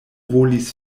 volis